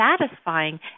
satisfying